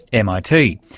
mit.